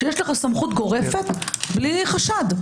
כשיש לך סמכות גורפת בלי חשד?